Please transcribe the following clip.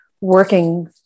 working